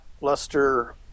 luster